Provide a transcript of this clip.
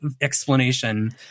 explanation